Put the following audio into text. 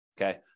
okay